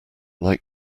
like